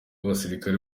abasirikare